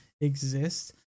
exist